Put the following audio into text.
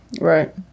Right